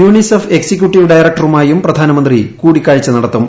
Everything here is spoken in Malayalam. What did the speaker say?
യുണീസെഫ് എക്സിക്യുട്ടീവ് ഡയറക്ടറുമായും പ്രധാനമന്ത്രി കൂടിക്കാഴ്ച നടത്തും